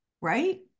right